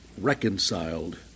reconciled